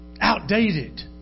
outdated